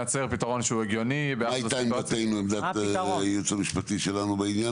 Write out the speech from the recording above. הגיוני --- מה הייתה עמדת הייעוץ המשפטי של הוועדה?